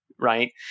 Right